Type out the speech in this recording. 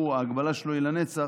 ההגבלה שלו היא לנצח,